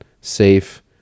safe